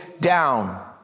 down